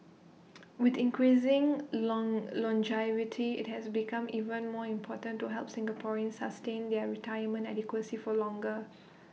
with increasing long longevity IT has become even more important to help Singaporeans sustain their retirement adequacy for longer